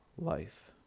life